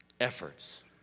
efforts